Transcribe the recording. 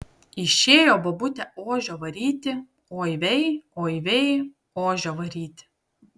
išėjo bobutė ožio varyti oi vei oi vei ožio varyti